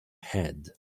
head